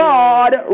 God